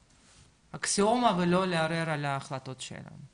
אקסיומה ולא לערער על ההחלטות שלהן.